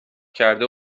کرده